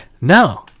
no